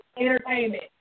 entertainment